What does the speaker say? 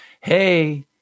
Hey